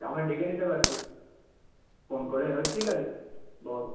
আমায় ডেকে নিতে পারতিস ফোন করে ও ঠিক আছে বল